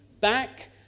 back